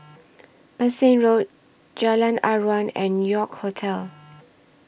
Bassein Road Jalan Aruan and York Hotel